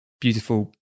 beautiful